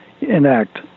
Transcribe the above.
enact